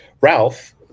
ralph